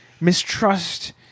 mistrust